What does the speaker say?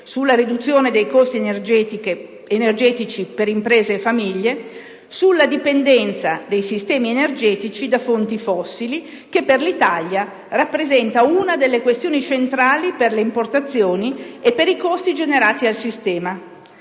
sulla riduzione dei costi energetici per imprese e famiglie, sulla dipendenza dei sistemi energetici da fonti fossili (che per l'Italia rappresenta una delle questioni centrali per le importazioni e per i costi generati al sistema)